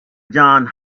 johns